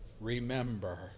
remember